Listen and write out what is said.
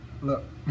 Look